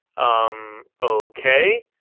umm, ok.